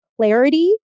clarity